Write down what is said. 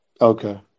Okay